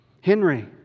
Henry